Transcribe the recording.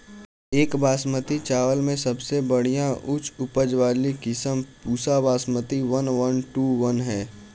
एक बासमती चावल में सबसे बढ़िया उच्च उपज वाली किस्म Pusa Basmati one one two one ह?